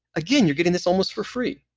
again you're getting this almost for free.